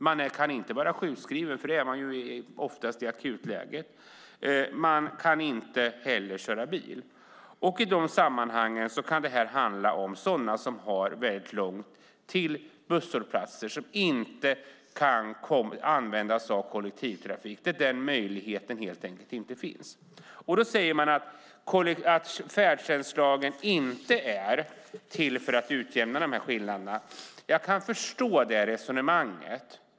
Man kan inte vara sjukskriven - det är man oftast i akutläge - men man kan inte heller köra bil. Det kan handla om personer som har långt till busshållplatser och som inte kan använda sig av kollektivtrafik. Den möjligheten finns helt enkelt inte. Statsrådet säger att färdtjänstlagen inte är till för att utjämna dessa skillnader. Jag kan förstå det resonemanget.